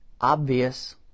obvious